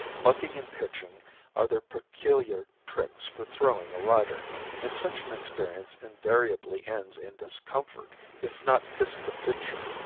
bucking and pitching are their peculiar tricks for throwing a rider and such an experience invariably ends in discomfort if not discomfiture,